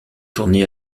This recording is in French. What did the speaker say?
tournées